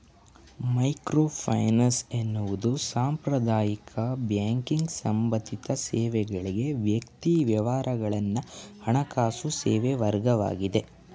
microfinance ಎನ್ನುವುದು ಸಾಂಪ್ರದಾಯಿಕ banking ಸಂಬಂಧಿತ ಸೇವೆಗಳ್ಗೆ ವ್ಯಕ್ತಿ ವ್ಯವಹಾರಗಳನ್ನ ಹಣಕಾಸು ಸೇವೆವರ್ಗವಾಗಿದೆ